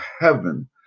heaven